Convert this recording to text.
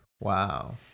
Wow